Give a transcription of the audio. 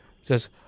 Says